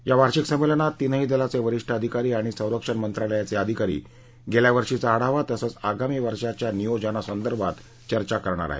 या वार्षिक संमेलनात तीनही दलाचे वरिष्ठ अधिकारी आणि संरक्षण मंत्रालयाचे अधिकारी गेल्या वर्षीचा आढावा तसंच आगामी वर्षाच्या नियोजनासंबंधात चर्चा करणार आहेत